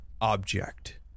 object